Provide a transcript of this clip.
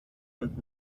und